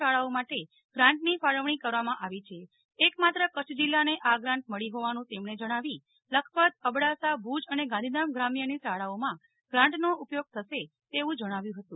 શાળાઓ માટે ગ્રાન્ટની ફળવાણી કરવામાં આવી છે એક માત્ર કરછ જીલ્લાને આ ગ્રાન્ટ મળી હોવાનું તેમણે જણાવી લખપતઅબડાસા ભુજ અને ગાંધીધામ ગ્રામ્ય ની શાળાઓમાં ગ્રાન્ટનો ઉપયોગ થશે તેવું જણાવ્યું હતું